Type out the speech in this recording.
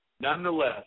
Nonetheless